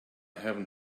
haven’t